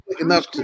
Enough